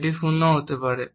এটি শূন্যও হতে পারে